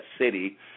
city